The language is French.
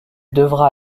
devra